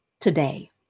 today